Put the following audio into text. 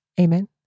Amen